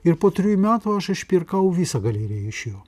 ir po trejų metų aš išpirkau visą galeriją iš jo